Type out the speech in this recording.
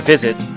visit